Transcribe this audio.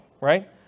right